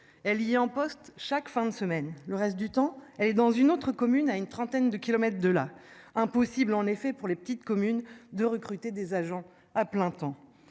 Elle y en poste chaque fin de semaine. Le reste du temps elle est dans une autre commune à une trentaine de kilomètres de là. Impossible en effet pour les petites communes de recruter des agents à plein temps